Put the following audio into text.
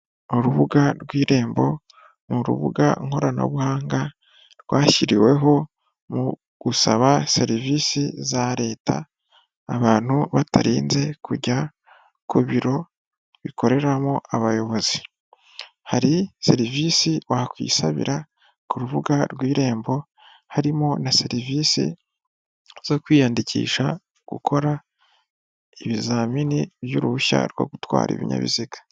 Urubuga rw'Irembo, ni rubuga nkoranabuhanga rwashyiriweho mu gusaba serivisi za leta abantu batarinze kujya ku biro bikoreramo abayobozi, hari serivisi wakwisabira ku rubuga rw'Irembo harimo na serivisi zo kwiyandikisha gukora ibizamini by'uruhushya rwo gutwara ibinyabiziga.